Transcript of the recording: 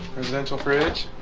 presidential fridge